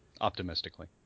Optimistically